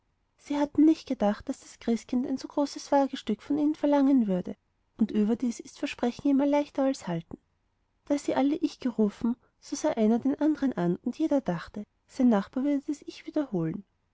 sie hatten nicht gedacht daß das christkind ein so großes wagstück von ihnen verlangen würde und überdies ist versprechen immer leichter als halten da sie alle ich gerufen so sah einer den andern an und jeder dachte sein nachbar würde das ich wiederholen